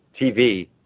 TV